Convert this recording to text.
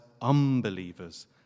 unbelievers